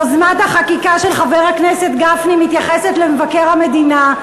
יוזמת החקיקה של חבר הכנסת גפני מתייחסת למבקר המדינה,